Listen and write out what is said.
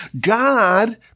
God